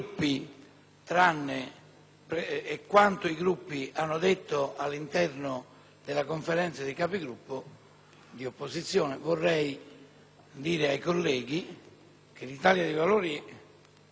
vorrei dire ai colleghi che l'Italia dei Valori è contraria alla prosecuzione dell'esame di questo provvedimento